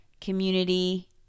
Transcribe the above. community